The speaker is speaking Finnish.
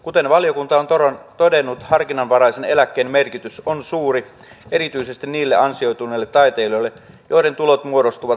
kuten valiokunta on todennut harkinnanvaraisen eläkkeen merkitys on suuri erityisesti niille ansioituneille taitelijoille joiden tulot muodostuvat satunnaisista tuloista